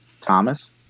Thomas